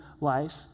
life